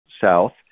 South